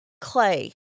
clay